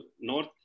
north